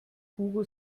hugo